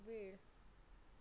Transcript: वेळ